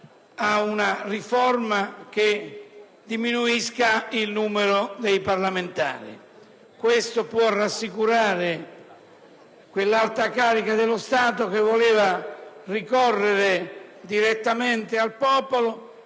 ad una riforma che diminuisca il numero dei parlamentari. Questo può rassicurare quell'alta carica dello Stato che voleva ricorrere direttamente al popolo